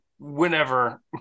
whenever